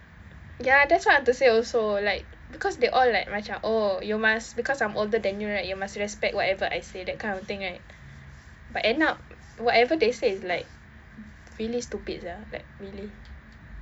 ya that's what I want to say also like because they all like macam oh you must because I'm older than you right so you must respect whatever I say that kind of thing right but end up whatever they say is like really stupid [sial] like really